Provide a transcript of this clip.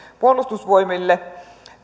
puolustusvoimille